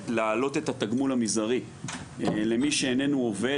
להעלות את התגמול המזערי למי שאיננו עובד.